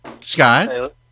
Scott